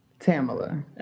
Tamala